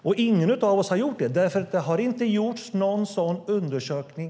Och ingen av oss har gjort det, därför att det har ännu inte gjorts någon sådan undersökning.